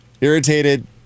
irritated